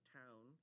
town